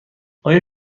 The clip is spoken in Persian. آیا